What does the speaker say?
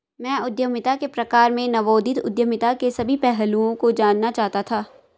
मैं उद्यमिता के प्रकार में नवोदित उद्यमिता के सभी पहलुओं को जानना चाहता था